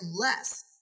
less